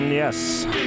Yes